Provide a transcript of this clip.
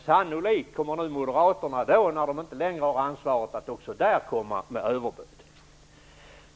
Sannolikt kommer Moderaterna också då, när de inte längre har regeringsansvaret, att komma med överbud.